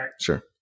Sure